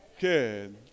Good